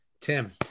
Tim